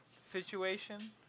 situation